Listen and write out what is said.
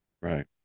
right